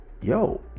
yo